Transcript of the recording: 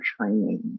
training